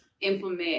implement